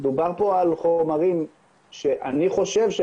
מדובר פה על חומרים שאני חושב,